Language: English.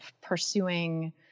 pursuing